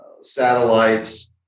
satellites